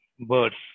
birds